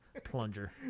plunger